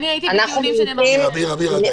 הייתי בדיונים --- מירה, די.